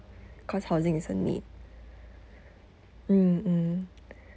cause housing is a need mm mm